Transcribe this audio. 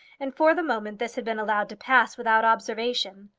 and for the moment this had been allowed to pass without observation.